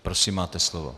Prosím máte slovo.